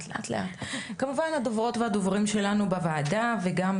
כמובן הדוברות והדוברים שלנו בוועדה וגם